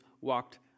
walked